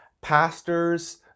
pastors